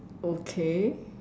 okay